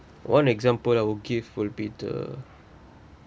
one example I'll give will be the